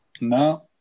No